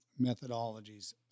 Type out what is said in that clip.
methodologies